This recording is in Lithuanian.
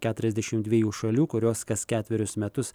keturiasdešim dviejų šalių kurios kas ketverius metus